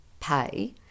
pay